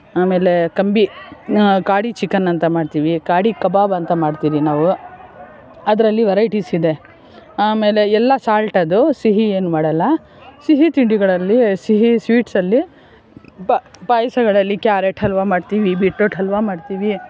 ಆಮೇಲೆ ಕಂಬಿ ಗಾಡಿ ಚಿಕನ್ ಅಂತ ಮಾಡ್ತೀವಿ ಗಾಡಿ ಕಬಾಬ್ ಅಂತ ಮಾಡ್ತೀವಿ ನಾವು ಅದರಲ್ಲಿ ವೈರೈಟೀಸ್ ಇದೆ ಆಮೇಲೆ ಎಲ್ಲ ಸಾಲ್ಟ್ ಅದು ಸಿಹಿ ಏನೂ ಮಾಡಲ್ಲ ಸಿಹಿ ತಿಂಡಿಗಳಲ್ಲಿ ಸಿಹಿ ಸ್ವೀಟಲ್ಲಿ ಪಾಯಸಗಳಲ್ಲಿ ಕ್ಯಾರೆಟ್ ಹಲ್ವಾ ಮಾಡ್ತೀವಿ ಬಿಟ್ರೋಟ್ ಹಲ್ವಾ ಮಾಡ್ತೀವಿ